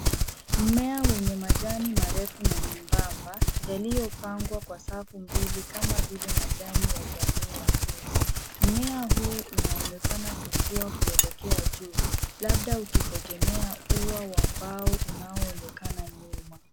Mmea wenye majani marefu na membamba yaliyopangwa kwa safu mbili kama vile majani ya jamii ya kunde. Mmea huu unaonekana kukua kuelekea juu labda ukuitegemea ua wa mbao unaonekana nyuma.